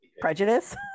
prejudice